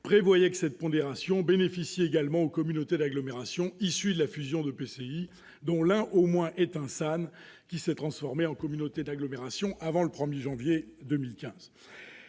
prévoyait que cette pondération bénéficie également aux communautés d'agglomération issues de la fusion d'EPCI dont l'un au moins était un SAN s'étant transformé en communauté d'agglomération avant le 1 janvier 2015.